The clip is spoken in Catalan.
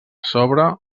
sobre